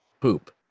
poop